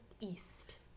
east